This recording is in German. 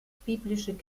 biblische